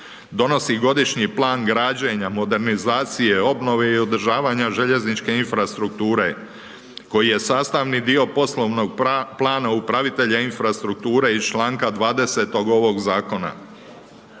donosi godišnji plan građenja, modernizacije, obnove i održavanja željezničke infrastrukture, koji je sastavni dio poslovnog plana upravitelja infrastrukture, iz čl. 20. ovog zakona.